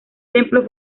templo